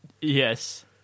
Yes